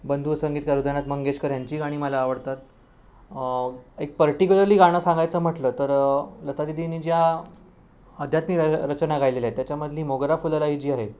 बंधू संगीतकार हृदयनाथ मंगेशकर ह्यांचीही गाणी मला आवडतात एक पर्टिक्युलरली गाणं सांगायचं म्हटलं तर लतादीदींनी ज्या आध्यात्मिक र रचना गायलेल्या आहेत त्याच्यामधली मोगरा फुलला ही जी आहे